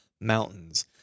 mountains